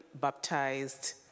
baptized